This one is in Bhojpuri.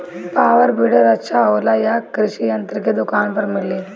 पॉवर वीडर अच्छा होला यह कृषि यंत्र के दुकान पर मिली?